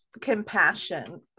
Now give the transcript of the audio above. compassion